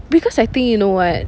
because I think you know what